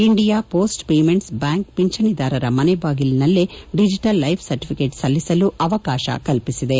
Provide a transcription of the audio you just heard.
India post payments bank ಪಿಂಚಣಿದಾರರ ಮನೆ ಬಾಗಿಲಿನಲ್ಲೇ ಡಿಜಿಟಲ್ ಲೈಪ್ ಸರ್ಟಫಿಕೆಟ್ ಸಲ್ಲಿಸಲು ಅವಕಾಶ ಕಲ್ಪಿಸಿದೆ